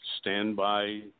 standby